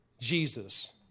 Jesus